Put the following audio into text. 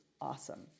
awesome